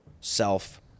self